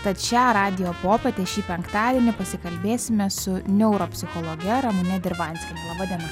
tad šią radijo popietę šį penktadienį pasikalbėsime su neuropsichologe ramune dirvanskiene laba diena